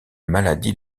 maladie